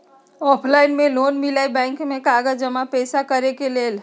Offline भी loan मिलहई bank में कागज जमाकर पेशा करेके लेल?